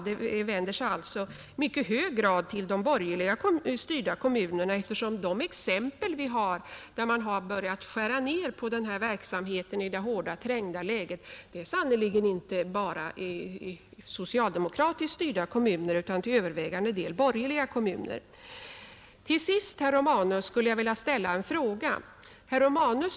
Det vänder sig alltså i mycket hög grad mot de borgerligt styrda kommunerna, eftersom de kommuner som börjat göra nedskärningar i det nuvarande ansträngda ekonomiska läget sannerligen inte bara är socialdemokratiskt styrda kommuner utan till övervägande del kommuner där de borgerliga partierna har majoritet. Till sist skulle jag vilja ställa en fråga till herr Romanus.